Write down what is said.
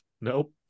Nope